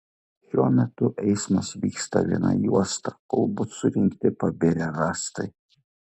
šiuo metu eismas vyksta viena juosta kol bus surinkti pabirę rąstai